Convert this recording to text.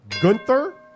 Gunther